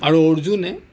আৰু অৰ্জুনে